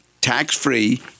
tax-free